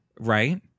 Right